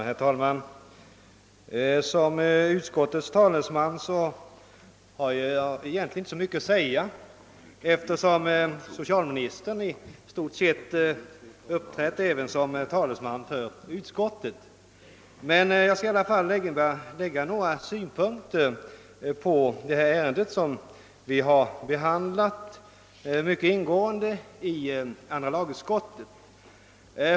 Herr talman! Som utskottets talesman har jag egentligen inte så mycket att säga, eftersom socialministern i stort sett uppträtt även som talesman för utskottet. Men jag skall i alla fall anlägga några synpunkter på detta ärende, som vi har behandlat mycket ingående i andra lagutskottet.